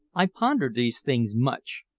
i pondered these things much,